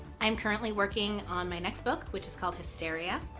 i'm currently working on my next book, which is called hysteria,